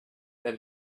that